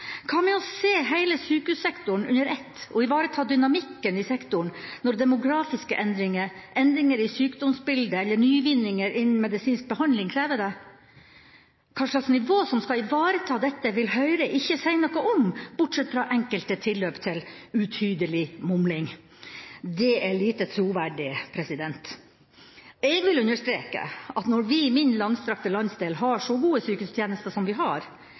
Hva med å se hele sykehussektoren under ett og ivareta dynamikken i sektoren når demografiske endringer, endringer i sykdomsbildet eller nyvinninger innen medisinsk behandling krever det? Hva slags nivå som skal ivareta dette, vil Høyre ikke si noe om, bortsett fra enkelte tilløp til utydelig mumling. Det er lite troverdig. Jeg vil understreke at når vi i min langstrakte landsdel har så gode sykehustjenester som vi har,